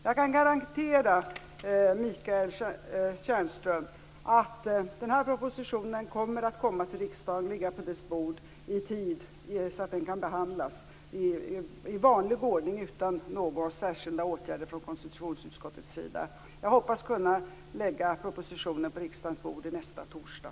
Jag kan garantera Michael Stjernström att propositionen kommer att ligga på riksdagens bord i tid så att den kan behandlas i vanlig ordning utan några särskilda åtgärder från konstitutionsutskottets sida. Jag hoppas kunna lägga fram propositionen på riksdagens bord nästa torsdag.